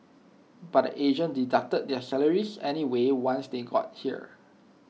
but the agent deducted their salaries anyway once they got here